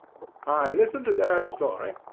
i listen to their story,